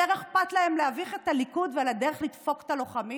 יותר אכפת להם להביך את הליכוד ועל הדרך לדפוק את הלוחמים,